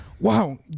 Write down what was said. wow